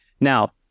Now